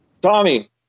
Tommy